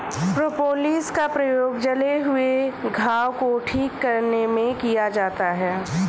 propolis का प्रयोग जले हुए घाव को ठीक करने में किया जाता है